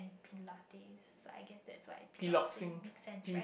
pilates I guess that's why piloxing makes sense right